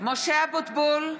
משה אבוטבול,